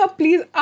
please